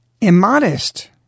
immodest